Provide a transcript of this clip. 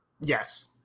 Yes